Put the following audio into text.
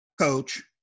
coach